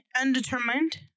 Undetermined